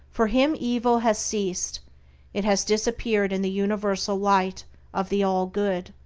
for him evil has ceased it has disappeared in the universal light of the all-good.